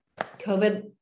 COVID